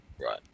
Right